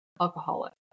alcoholic